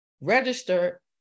Register